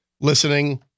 listening